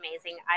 amazing